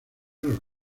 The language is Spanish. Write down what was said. los